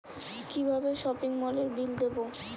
কিভাবে সপিং মলের বিল দেবো?